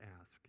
ask